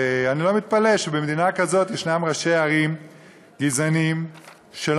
אני לא מתפלא שבמדינה כזאת יש ראשי ערים גזענים שלא